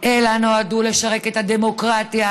אלא נועדו לשרת את הדמוקרטיה,